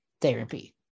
therapy